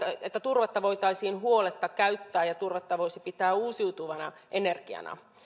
että turvetta voitaisiin huoletta käyttää ja turvetta voisi pitää uusiutuvana energiana